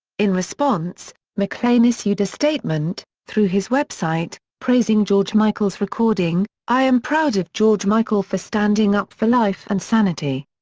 in response, mclean issued a statement, through his website, praising george michael's recording i am proud of george michael for standing up for life and sanity.